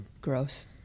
Gross